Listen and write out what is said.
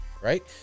Right